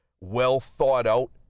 Well-thought-out